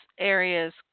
areas